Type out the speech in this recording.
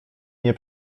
nie